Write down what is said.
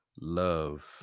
love